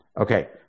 Okay